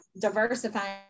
diversifying